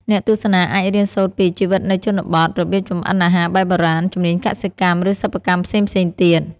អ្នកទស្សនាអាចរៀនសូត្រពី ជីវិតនៅជនបទ របៀបចម្អិនអាហារបែបបុរាណ ជំនាញកសិកម្ម ឬសិប្បកម្មផ្សេងៗទៀត។